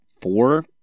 four